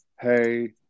Hey